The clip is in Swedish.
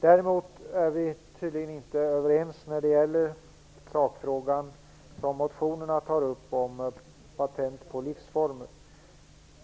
Däremot är vi tydligen inte överens när det gäller den sakfråga som tas upp i motionerna och som gäller patent på livsformer.